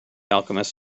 alchemist